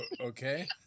Okay